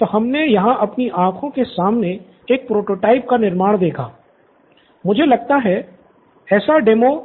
तो हमने यहाँ अपनी आंखों के सामने एक प्रोटोटाइप का निर्माण देखा मुझे लगाता है कि ऐसा डेमो